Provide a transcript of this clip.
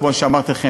כמו שאמרתי לכם,